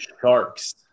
sharks